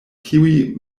tiuj